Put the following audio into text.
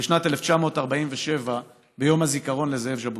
בשנת 1947, ביום הזיכרון לזאב ז'בוטינסקי.